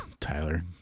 Tyler